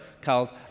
called